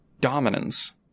dominance